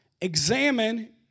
examine